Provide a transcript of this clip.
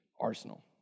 Arsenal